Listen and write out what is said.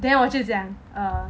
then 我就讲 err